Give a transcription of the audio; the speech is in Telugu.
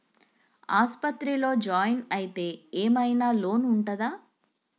ఆస్పత్రి లో జాయిన్ అయితే ఏం ఐనా లోన్ ఉంటదా?